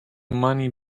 money